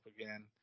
again